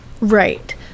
right